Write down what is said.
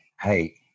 hey